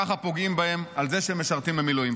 ככה פוגעים בהם על זה שהם משרתים במילואים.